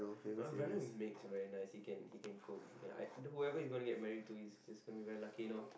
my brother bakes very nice he can he can cook whoever he's going to get married to is just going to be very lucky you know